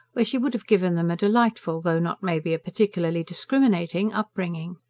where she would have given them a delightful, though not maybe a particularly discriminating upbringing.